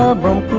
ah wrote